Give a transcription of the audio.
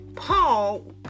Paul